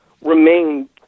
remain